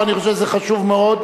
ואני חושב שזה חשוב מאוד.